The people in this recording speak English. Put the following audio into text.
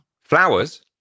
Flowers